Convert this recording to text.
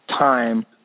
time